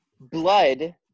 blood